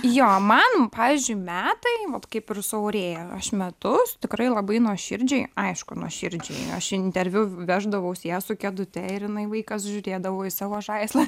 jo man pavyzdžiui metai vat kaip ir su aurėja aš metus tikrai labai nuoširdžiai aišku nuoširdžiai aš į interviu veždavaus ją su kėdute ir jinai vaikas žiūrėdavo į savo žaislą